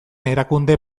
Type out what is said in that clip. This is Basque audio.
erakunde